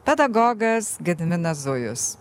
pedagogas gediminas zujus